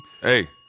Hey